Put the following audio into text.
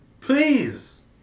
Please